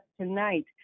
tonight